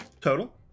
Total